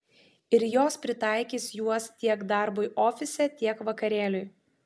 ir jos pritaikys juos tiek darbui ofise tiek vakarėliui